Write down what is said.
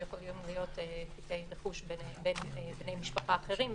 שיכולים להיות תיקי רכוש בין בני משפחה אחרים.